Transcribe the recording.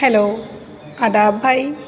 hello آداب بھائی